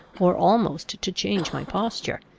or almost to change my posture.